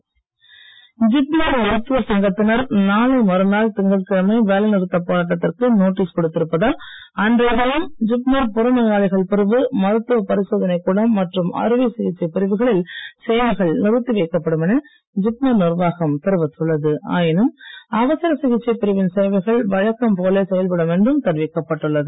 JIPMER strike JIPMER மருத்துவர் சங்கத்தினர் நாளை மறுநாள் திங்கட்கிழமை வேலை நிறுத்தப் போராட்டத்திற்கு நோட்டீஸ் கொடுத்திருப்பதால் அன்றைய தினம் ஜிப்மர் புறநோயாளிகள் பிரிவு மருத்துவ பரிசோதனைக் கூடம் மற்றும் அறுவை சிகிச்சைப் பிரிவுகளில் சேவைகள் நிறுத்தி வைக்கப்படும் என ஜிப்மர் நிர்வாகம் தெரிவித்துள்ளது ஆயினும் அவசர சிகிச்சைப் பிரிவின் சேவைகள் வழக்கம் போல் செயல்படும் என்றும் தெரிவிக்கப்பட்டு உள்ளது